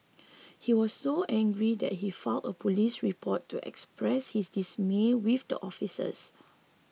he was so angry that he filed a police report to express his dismay with the officers